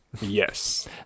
Yes